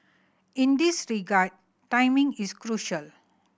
in this regard timing is crucial